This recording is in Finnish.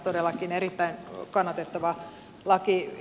todellakin erittäin kannatettava lakiesitys